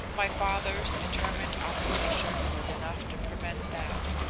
my father's determined opposition was enough to prevent that.